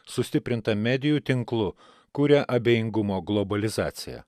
sustiprintą medijų tinklu kuria abejingumo globalizaciją